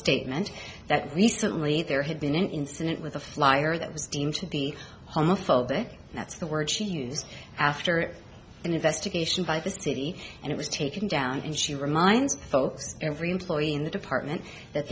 statement that recently there had been an incident with a flyer that was deemed to be homophobic that's the word she used after an investigation by the city and it was taken down and she reminds folks every employee in the department that